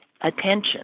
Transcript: attention